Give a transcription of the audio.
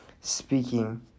speaking